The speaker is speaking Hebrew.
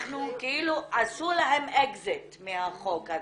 עשו להם אקזיט מהחוק הזה,